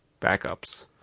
backups